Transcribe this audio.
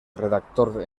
redactor